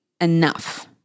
enough